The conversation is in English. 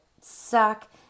suck